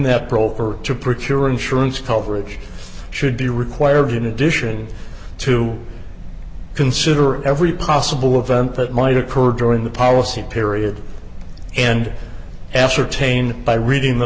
that broker to procure insurance coverage should be required to in addition to consider every possible event that might occur during the policy period and ascertain by reading the